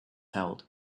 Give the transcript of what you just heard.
held